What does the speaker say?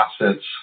assets